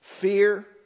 fear